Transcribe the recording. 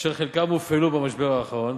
אשר חלקם הופעלו במשבר האחרון,